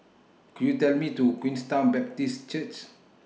Could YOU Tell Me to Queenstown Baptist Church